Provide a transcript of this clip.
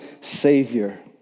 Savior